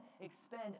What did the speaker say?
expend